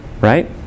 right